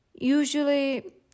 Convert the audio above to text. usually